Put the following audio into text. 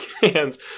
hands